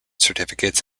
certificates